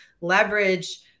leverage